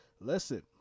Listen